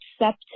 accept